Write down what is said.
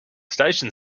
station